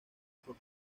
por